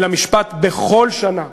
אל המשפט בכל שנה,